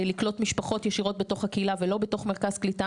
לקלוט משפחות ישירות בתוך הקהילה ולא בתוך מרכז קליטה.